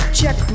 check